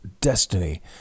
destiny